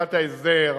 מתחילת ההסדר.